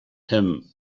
him